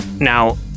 now